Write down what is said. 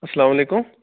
اَلسلامُ علیکُم